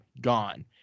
gone